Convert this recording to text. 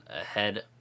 ahead